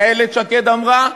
איילת שקד אמרה: